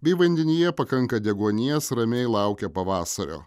bei vandenyje pakanka deguonies ramiai laukia pavasario